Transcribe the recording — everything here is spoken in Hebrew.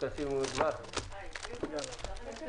הישיבה ננעלה בשעה 11:30.